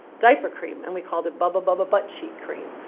diaper cream. and we called it bubba bubba butt cheek cream.